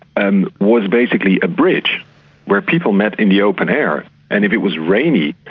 and was basically a bridge where people met in the open air and if it was rainy,